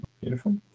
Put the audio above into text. Beautiful